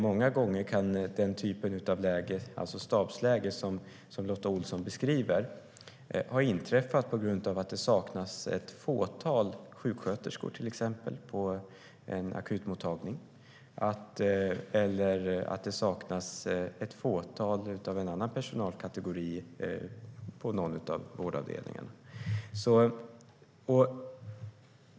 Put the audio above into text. Många gånger kan den typen av läge som Lotta Olsson beskriver, alltså stabsläge, ha inträffat på grund av att det saknas ett fåtal sjuksköterskor till exempel på en akutmottagning eller att det saknas ett fåtal personer ur en annan personalkategori på någon av vårdavdelningarna.